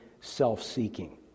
self-seeking